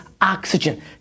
oxygen